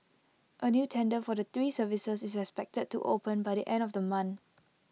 A new tender for the three services is expected to open by the end of the month